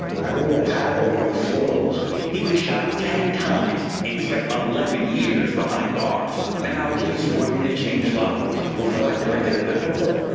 i really got tired of going to funerals. reporter he was shot ten times and spent eleven years behind bars. now he's working to change lives. you feel like you're making a difference here?